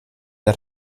der